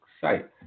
site